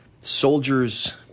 soldiers